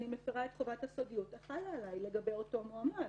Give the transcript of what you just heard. אני מפרה את חובת הסודיות החלה עליי לגבי אותו מועמד.